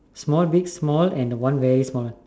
small big small and one very small